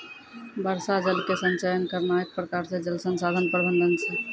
वर्षा जल के संचयन करना एक प्रकार से जल संसाधन प्रबंधन छै